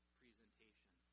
presentation